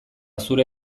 zure